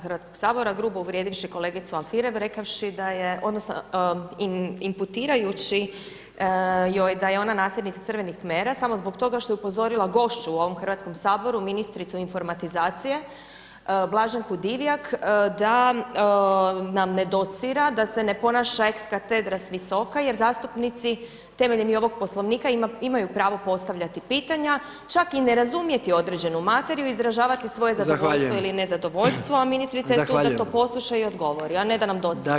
HS-a grubo uvrijedivši kolegicu Alfirav rekavši odnosno imputirajući joj da je ona nasljednica Crvenih mera samo što toga što je upozorila gošću u ovom HS-u, ministricu informatizacije, Blaženku Divjak, da nam ne docira, da se ne ponaša eks katedra s visoka jer zastupnici temeljem i ovog Poslovnika imaju pravo postavljati pitanja, čak i ne razumjeti određenu materiju, izražavati svoje zadovoljstvo [[Upadica: Zahvaljujem]] ili nezadovoljstvo, a ministrica [[Upadica: Zahvaljujem]] je tu da to posluša i odgovori, a ne da nam docira.